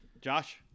Josh